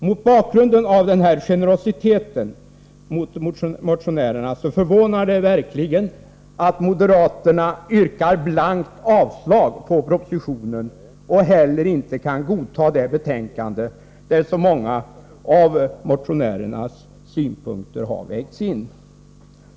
Mot bakgrunden av den generositet som har visats motionärerna förvånar det verkligen att moderaterna yrkar blankt avslag på propositionen och inte heller kan godta det utskottsbetänkande där så många av motionärernas synpunkter har vägts in.